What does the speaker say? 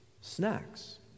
snacks